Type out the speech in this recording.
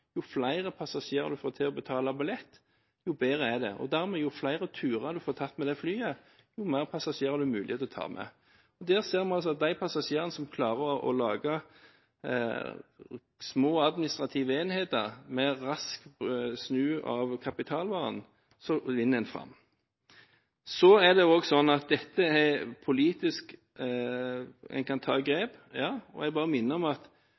Jo flere passasjerer du får til å betale billett, jo bedre er det. Og jo flere turer du får tatt med flyet, jo flere passasjerer har du mulighet til å ta med. Vi ser at de selskapene som klarer å lage små administrative enheter med rask snuing av kapitalvaren, vinner fram. Så kan en ta politiske grep, ja. Jeg bare minner om at selv om underliggende etater av og til tar beslutninger som politisk